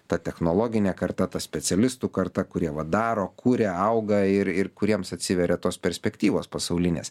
tad technologinė kartata specialistų karta kurie va daro kuria auga ir ir kuriems atsiveria tos perspektyvos pasaulinės